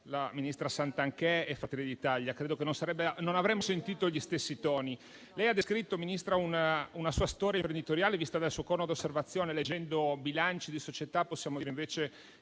la ministra Santanchè e Fratelli d'Italia. Credo che non avremmo sentito gli stessi toni. Lei ha descritto, Ministra, la sua storia imprenditoriale vista dal suo cono d'osservazione. Leggendo bilanci di società, possiamo dire invece